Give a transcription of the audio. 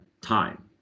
time